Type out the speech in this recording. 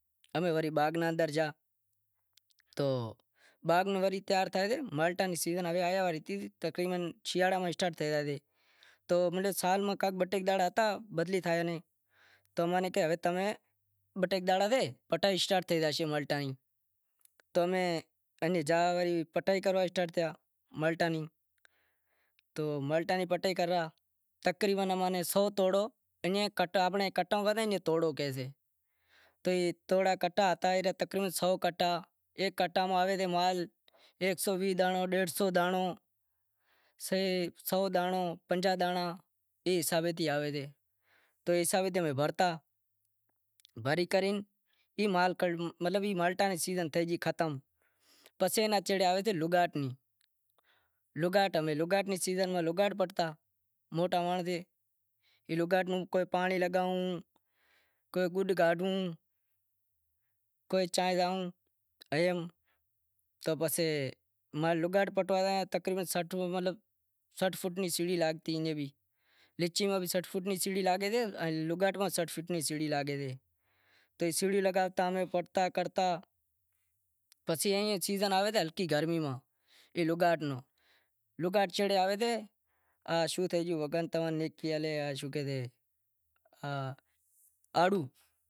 باغے جاں پسے بیزے باغے جا خوجا اسٹاپ تے جا انجا بھی اونڑیاں رو باغ سے موٹو، امیں چوکیداری کرتا، بدہا ئے رات نیں ٹیم ہتی بدہا ئے کچہری کرتا تھے ایئں ئی او کچہری کرتا ماں رو پھوئو کہے کہ باغ سے آز تماں نیں دہندہو کرنڑو سے پسے کہے باغ میں کام کرو، پسے انے تھی باغ باغ میلہیا، انے تھی پسے امیں وری آیا میرپورخاص سبزی منڈی کام ہتو انبڑیاں روں تو آنبڑی میلہی ایئں میلہتا رات رے ٹیم تھوڑے کرے ہلتا ایئں کرے منڈی آیا منڈی میں مال ویسے کرے پسے ورے جا بیزے باغے مالٹا روں کام ہتوں تو انیں مالٹا ایئں ہتا پسے امیں مالٹا پٹوا گیا کام میں